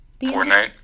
Fortnite